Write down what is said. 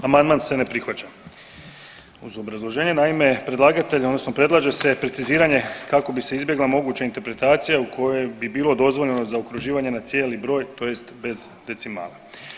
Amandman se ne prihvaća uz obrazloženje, naime, predlagatelj odnosno predlaže se preciziranje kako bi se izbjegla moguća interpretacija u kojoj bi bilo dozvoljeno zaokruživanje na cijeli broj, tj. bez decimale.